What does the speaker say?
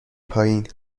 پایین